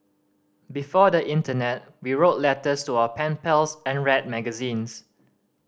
before the Internet we wrote letters to our pen pals and read magazines